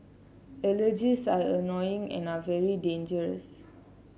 allergies are annoying and are very dangerous